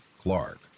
Clark